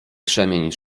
krzemień